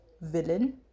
villain